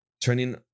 turning